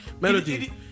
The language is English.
Melody